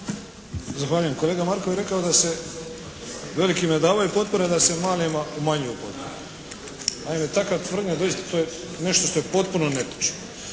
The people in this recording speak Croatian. Zahvaljujem. Kolega Markov je rekao da se velikima davaju potpore, da se malima umanjuju potpore. Naime takva tvrdnja doista to je nešto što je potpuno netočno.